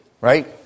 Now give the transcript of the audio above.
right